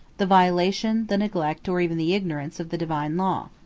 the violation, the neglect, or even the ignorance, of the divine law.